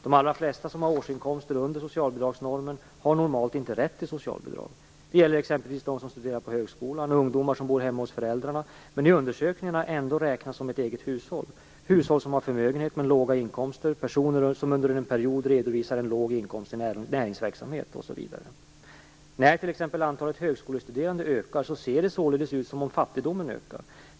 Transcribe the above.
De allra flesta som har årsinkomster under socialbidragsnormen har normalt inte rätt till socialbidrag. Det gäller exempelvis dem som studerar på högskolan, ungdomar som bor hemma hos föräldrarna men i undersökningarna ändå räknas som ett eget hushåll, hushåll som har förmögenhet men låga inkomster, personer som under en period redovisar en låg inkomst i näringsverksamhet osv. När t.ex. antalet högskolestuderande ökar ser det således ut som om fattigdomen ökar.